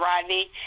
Rodney